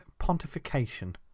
pontification